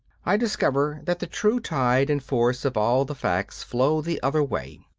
i discover that the true tide and force of all the facts flows the other way.